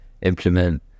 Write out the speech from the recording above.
implement